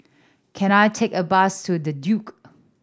can I take a bus to The Duke